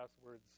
passwords